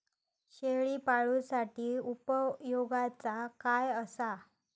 शेळीपाळूसाठी उपयोगाचा काय असा?